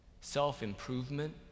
self-improvement